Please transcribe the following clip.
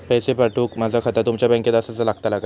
पैसे पाठुक माझा खाता तुमच्या बँकेत आसाचा लागताला काय?